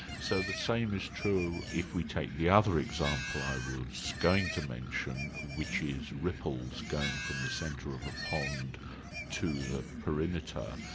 so the same is true if we take the other example i was so going to mention, which is ripples going from the centre of a pond to the perimeter.